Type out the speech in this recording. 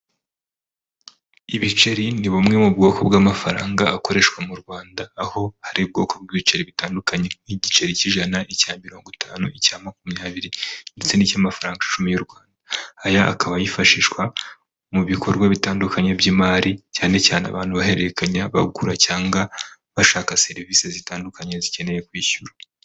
Ibiceri ni bumwe mu bwoko bw'amafaranga akoreshwa mu Rwanda, aho hari ubwoko bw'ibiceri bitandukanye, nk'igiceri cy'ijana, icya mirongo itanu, icya makumyabiri, ndetse n'icy'amafaranga icumi y'u Rwanda. Aya akaba yifashishwa mu bikorwa bitandukanye by'imari cyane cyane abantu bahererekanya, bagura cyangwa bashaka serivise zitandukanye zikeneye kwishyura.